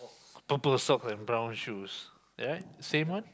purple socks and brown shoes right same one